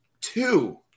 two